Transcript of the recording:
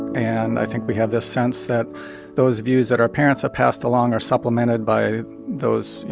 and i think we have this sense that those views that our parents have passed along are supplemented by those, you